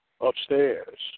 upstairs